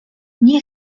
nie